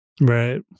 Right